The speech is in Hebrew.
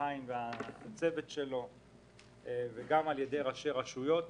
חיים והצוות שלו ועל ידי ראשי רשויות,